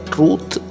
Truth